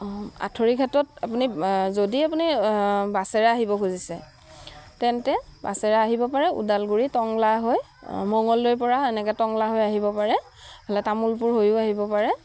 আঁঠুৰিঘাটত আপুনি যদি আপুনি বাছেৰে আহিব খুজিছে তেন্তে বাছেৰে আহিব পাৰে ওদালগুৰি টংলা হৈ মঙলদৈৰপৰা এনেকৈ টংলা হৈ আহিব পাৰে এইফালে তামোলপুৰ হৈও আহিব পাৰে